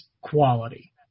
quality